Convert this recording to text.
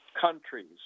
countries